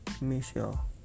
Michelle